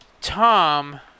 Tom